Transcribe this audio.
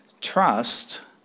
Trust